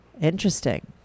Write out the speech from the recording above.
Interesting